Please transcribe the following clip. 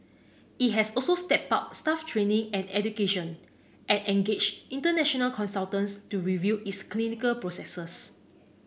it has also stepped up staff training and education and engaged international consultants to review its clinical processes